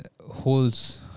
holds